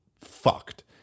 fucked